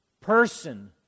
person